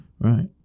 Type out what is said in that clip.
Right